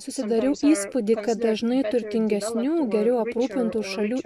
susidariau įspūdį kad dažnai turtingesnių geriau aprūpintų šalių